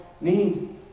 need